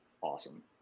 awesome